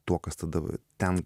tuo kas tada ten